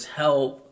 help